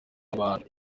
abantu